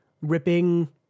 ripping